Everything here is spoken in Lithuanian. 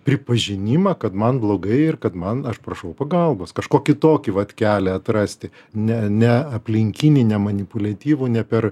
pripažinimą kad man blogai ir kad man aš prašau pagalbos kažkokį tokį vat kelią atrasti ne ne aplinkinį ne manipuliatyvų ne per